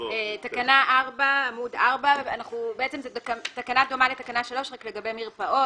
תקנה 4 היא תקנה דומה לתקנה 3, רק לגבי מרפאות.